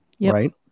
right